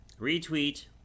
Retweet